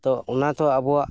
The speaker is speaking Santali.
ᱛᱚ ᱚᱱᱟ ᱛᱚ ᱟᱵᱚᱣᱟᱜ